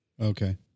Okay